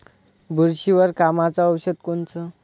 बुरशीवर कामाचं औषध कोनचं?